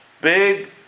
Big